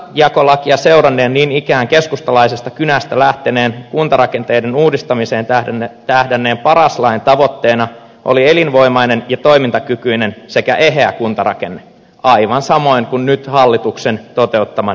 kuntajakolakia seuranneen niin ikään keskustalaisesta kynästä lähteneen kuntarakenteiden uudistamiseen tähdänneen paras lain tavoitteena oli elinvoimainen ja toimintakykyinen sekä eheä kuntarakenne aivan samoin kuin nyt hallituksen toteuttaman kuntarakenteiden uudistamisen